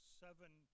seven